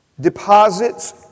deposits